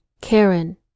Karen